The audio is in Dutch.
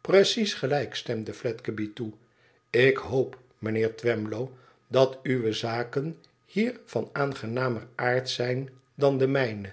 precies gelijk stemde fledgeby toe ik hoop mijnheer twemlow dat uwe zaken hier van aangenamer aard zijn dan de mijne